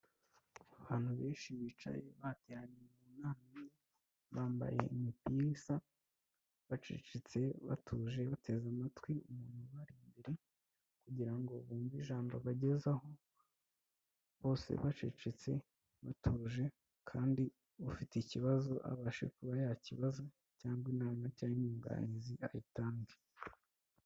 Abantu benshi bicaye bajyanye mu nama bambaye imipira isa, bacecetse, batuje, bateze amatwi umuntu ubari imbere, kugira ngo bumve ijambo abagezaho bose bacecetse, batuje ,kandi ufite ikibazo abashe kuba yakibaza cyangwa inama cyangwa inyunganizi ayitange.